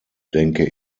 denke